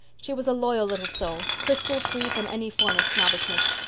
she was a loyal little soul, crystal-free from any form of snobbishness.